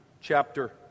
chapter